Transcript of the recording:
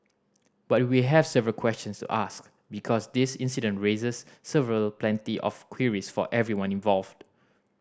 but we have several questions to ask because this incident raises several plenty of queries for everyone involved